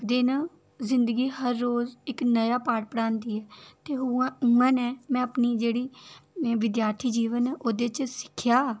आखदे न जिंदगी हर रोज इक नमां पाठ पढ़ांदी ऐ ते उ'आं उ'आं गै में अपने जेह्ड़ी विद्यार्थी जीवन ओह्दे च सिक्खेआ